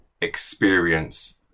experience